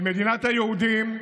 של מדינת היהודים.